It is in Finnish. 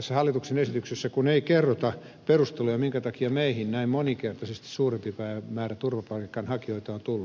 tässä hallituksen esityksessä ei kerrota perusteluja minkä takia meille näin moninkertaisesti suurempi määrä turvapaikanhakijoita on tullut